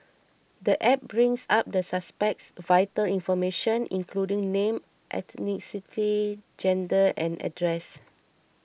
the app brings up the suspect's vital information including name ethnicity gender and address